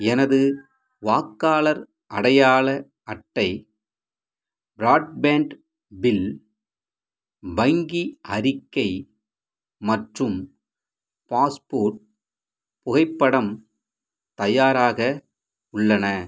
எனது வாக்காளர் அடையாள அட்டை ப்ராட்பேண்ட் பில் வங்கி அறிக்கை மற்றும் பாஸ்போர்ட் புகைப்படம் தயாராக உள்ளன